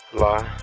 lie